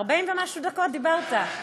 40 ומשהו דקות דיברת,